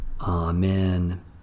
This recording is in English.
Amen